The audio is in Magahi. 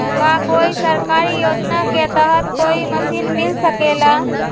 का कोई सरकारी योजना के तहत कोई मशीन मिल सकेला?